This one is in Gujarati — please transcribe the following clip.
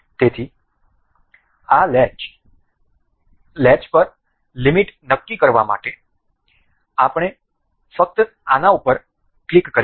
તેથી આ લેચ પર લિમિટ નક્કી કરવા માટે આપણે ફક્ત આ ઉપર ક્લિક કરીશું